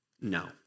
No